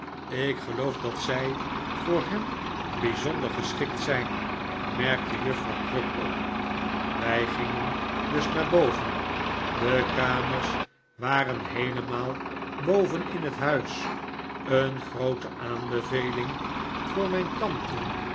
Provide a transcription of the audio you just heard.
ik geloof dat zij voor hem bijzonder geschikt zijn merkte juffrouw crupp op wij gingen dus naar boven de kamers waren heelemaal boven in het huis een groote aanbeveling voor mijn mijn kamers tante